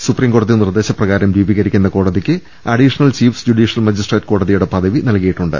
സുപ്രീംകോടതി നിർദ്ദേശപ്രകാരം രൂപീകരിക്കുന്ന കോടതിക്ക് അഡീഷണൽ ചീഫ് ജുഡീഷ്യൽ മജിസ്ട്രേറ്റ് കോടതിയുടെ പദവി നൽകിയിട്ടുണ്ട്